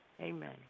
Amen